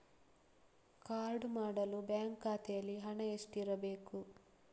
Card ಮಾಡಲು bank ಖಾತೆಯಲ್ಲಿ ಹಣ ಎಷ್ಟು ಇರಬೇಕು?